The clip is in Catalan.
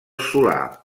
solà